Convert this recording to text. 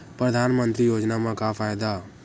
परधानमंतरी योजना म का फायदा?